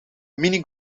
mini